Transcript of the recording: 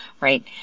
right